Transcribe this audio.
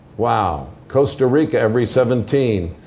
wow. costa rica every seventeen.